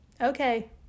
Okay